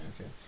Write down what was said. Okay